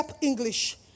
English